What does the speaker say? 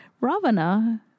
Ravana